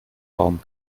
baum